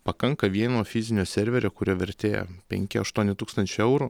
pakanka vieno fizinio serverio kurio vertė penki aštuoni tūkstančiai eurų